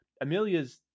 Amelia's